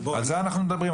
על זה אנחנו מדברים.